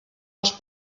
els